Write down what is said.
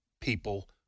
people